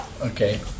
Okay